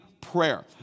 prayer